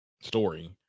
story